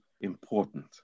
important